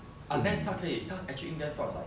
unless 他可以他 actually 应该放 like